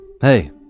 hey